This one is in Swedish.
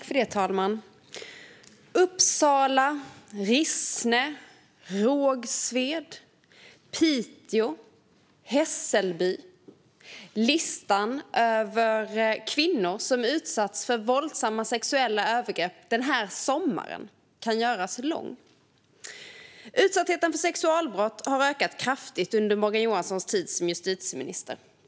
Fru talman! Uppsala, Rissne, Rågsved, Piteå, Hässelby. Listan över orter där kvinnor utsatts för våldsamma sexuella övergrepp den här sommaren kan göras lång. Utsattheten för sexualbrott har ökat kraftigt under Morgan Johanssons tid som justitieminister.